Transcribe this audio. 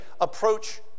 approach